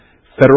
federal